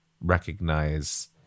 recognize